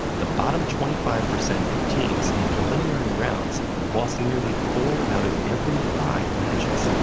the bottom twenty five percent of teams in preliminary rounds lost nearly four out of every five matches.